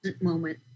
moment